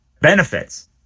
benefits